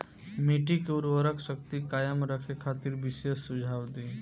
मिट्टी के उर्वरा शक्ति कायम रखे खातिर विशेष सुझाव दी?